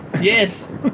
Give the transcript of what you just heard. Yes